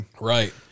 right